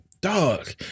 Dog